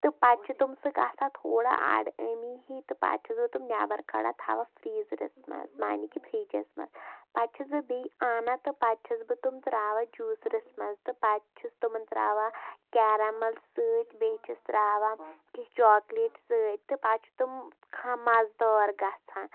تہٕ پَتہٕ چھُ تِم سُہ گژھان تھوڑا اَڈٕ ٲمی ہی تہٕ پَتہٕ چھس بہٕ تِم نٮ۪بر کَڑان تھوان فریٖزرَس منٛز یعنی کہِ فریجس منٛز پَتہٕ چھَس بہٕ بیٚیہِ انان تہٕ پَتہٕ چھَس بہٕ تِم تراوان جوٗسرس منٛز تہٕ پَتہٕ چھُس تِمَن تراوان کیرَمل سۭتۍ بیٚیہِ چھِس تراوان کیٚنہہ چاکلیٹ سۭتۍ تہٕ پَتہٕ چھُ تِم مَزٕ دار گژھان